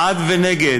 בעד ונגד,